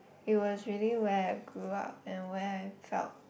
it was really where I grew up and where I felt